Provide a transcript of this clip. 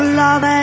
love